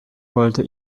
wollte